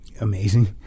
Amazing